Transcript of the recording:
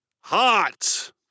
hot